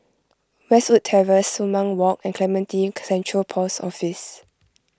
Westwood Terrace Sumang Walk and Clementi Central Post Office